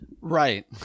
Right